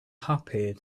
happy